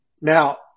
Now